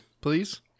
Please